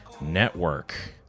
Network